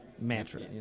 mantra